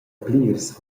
plirs